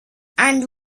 and